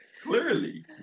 clearly